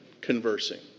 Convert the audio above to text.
conversing